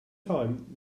time